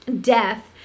death